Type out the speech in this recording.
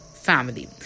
family